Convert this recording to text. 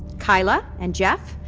keila and geoff,